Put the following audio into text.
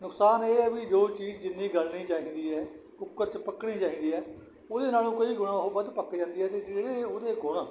ਨੁਕਸਾਨ ਇਹ ਹੈ ਵੀ ਜੋ ਚੀਜ਼ ਜਿੰਨੀ ਗਲਣੀ ਚਾਹੀਦੀ ਹੈ ਕੁੱਕਰ 'ਚ ਪੱਕਣੀ ਚਾਹੀਦੀ ਹੈ ਉਹਦੇ ਨਾਲੋਂ ਕਈ ਗੁਣਾਂ ਵੱਧ ਉਹ ਪੱਕ ਜਾਂਦੀ ਹੈ ਅਤੇ ਜਿਹੜੇ ਉਹਦੇ ਗੁਣ